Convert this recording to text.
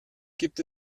gibt